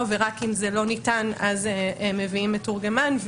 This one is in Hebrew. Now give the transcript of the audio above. ורק אם זה לא ניתן אז מביאים מתורגמן,